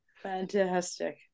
Fantastic